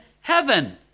heaven